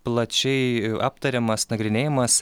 plačiai aptariamas nagrinėjamas